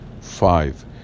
Five